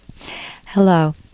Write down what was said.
Hello